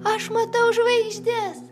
aš matau žvaigždes